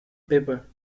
paper